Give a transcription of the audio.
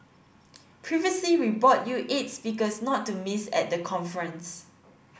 previously we bought you eight speakers not to miss at the conference